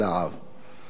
בסופו של יום,